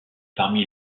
parmi